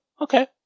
okay